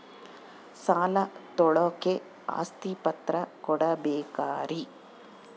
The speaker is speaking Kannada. ಸಾಲ ತೋಳಕ್ಕೆ ಆಸ್ತಿ ಪತ್ರ ಕೊಡಬೇಕರಿ?